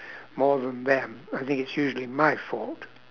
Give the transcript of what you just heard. more than them I think it's usually my fault